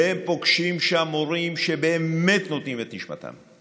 פוגשים שם מורים שבאמת נותנים את נשמתם,